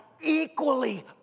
equally